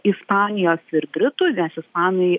ispanijos ir britų nes ispanai